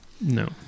No